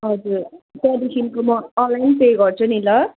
हजुर त्यहाँदेखिको म अनलाइन पे गर्छु नि ल